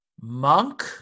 Monk